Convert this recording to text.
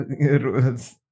rules